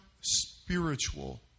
spiritual